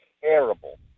terrible